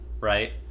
right